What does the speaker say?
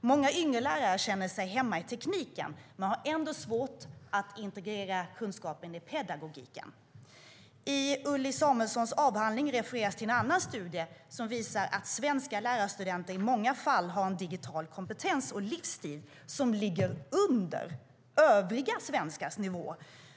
Många yngre lärare känner sig hemma i tekniken men har svårt att integrera kunskapen i pedagogiken. I Ulli Samuelssons avhandling refereras till en studie som visar att svenska lärarstudenter i många fall har en digital kompetens och livsstil som ligger under övriga svenskars nivå.